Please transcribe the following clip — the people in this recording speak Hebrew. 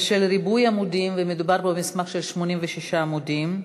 בשל ריבוי עמודים מדובר במסמך של 86 עמודים,